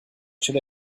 should